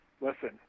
listen